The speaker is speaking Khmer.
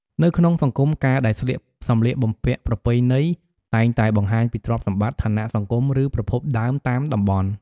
នៅក្នុងសង្គម ការដែលស្លៀកសម្លៀកបំពាក់ប្រពៃណីតែងតែបង្ហាញពីទ្រព្យសម្បត្តិ ឋានៈសង្គម ឬប្រភពដើមតាមតំបន់។